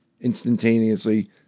instantaneously